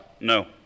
no